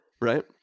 right